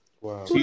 wow